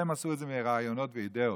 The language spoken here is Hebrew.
והם עשו את זה מרעיונות ואידיאות,